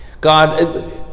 God